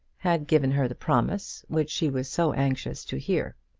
had given her the promise which she was so anxious to hear.